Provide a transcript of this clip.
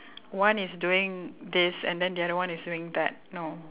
one is doing this and then the other one is doing that no